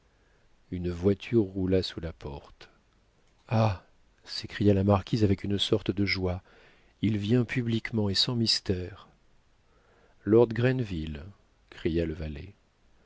une voiture roula sous la porte ah s'écria la marquise avec une sorte de joie il vient publiquement et sans mystère lord grenville cria le valet